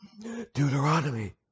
Deuteronomy